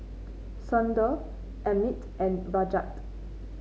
Sundar Amit and Rajat